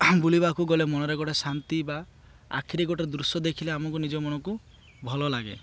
ବୁଲିବାକୁ ଗଲେ ମନରେ ଗୋଟେ ଶାନ୍ତି ବା ଆଖିରି ଗୋଟେ ଦୃଶ୍ୟ ଦେଖିଲେ ଆମକୁ ନିଜ ମନକୁ ଭଲ ଲାଗେ